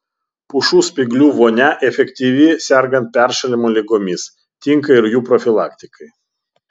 pušų spyglių vonia efektyvi sergant peršalimo ligomis tinka ir jų profilaktikai